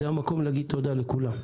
זה המקום לומר תודה לכולם.